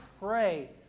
pray